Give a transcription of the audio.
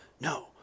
No